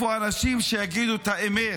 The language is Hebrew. איפה האנשים שיגידו את האמת?